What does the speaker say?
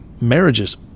marriages